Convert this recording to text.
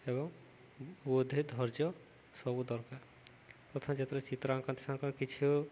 ଏବଂ ବୁଦ୍ଧି ଧର୍ଯ୍ୟ ସବୁ ଦରକାର ପ୍ରଥମ ଯେତେବେଳେ ଚିତ୍ର ଆଙ୍କନ୍ତି କିଛି